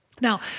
Now